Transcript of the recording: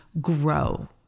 grow